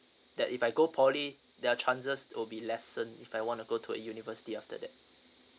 that if I go poly their chances will be lessen if I wanna go to a university after that